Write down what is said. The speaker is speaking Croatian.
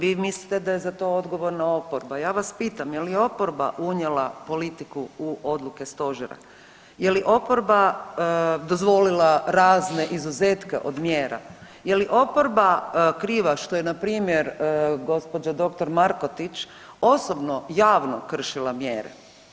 Vi mislite da je za to odgovorna oporba, ja vas pitam je li oporba unijela politiku u odluke stožera, je li oporba dozvolila razne izuzetke od mjera, je li oporba kriva što je npr. gđa. dr. Markotić osobno javno kršila mjere?